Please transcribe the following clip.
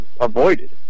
avoided